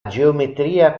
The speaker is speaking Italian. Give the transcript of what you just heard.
geometria